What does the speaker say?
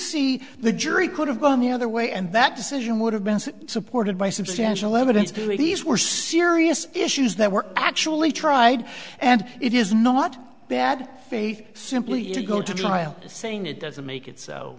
see the jury could have gone the other way and that decision would have been supported by substantial evidence believe these were serious issues that were actually tried and it is not bad faith simply to go to trial saying it doesn't make it so